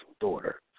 daughter